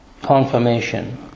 confirmation